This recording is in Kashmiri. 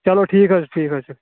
چلو ٹھیٖک حظ چھُ ٹھیٖک حظ چھُ